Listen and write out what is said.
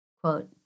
Quote